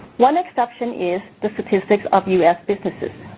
one exception is the statistics of us businesses.